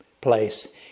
place